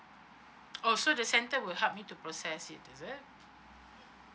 oh so the center will help me to process it is it